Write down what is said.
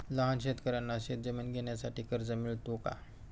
लहान शेतकऱ्यांना शेतजमीन घेण्यासाठी कर्ज मिळतो का?